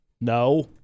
No